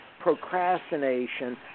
procrastination